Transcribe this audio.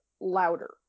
louder